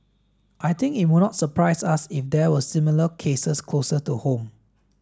I think it would not surprise us if there were similar cases closer to home